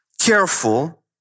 careful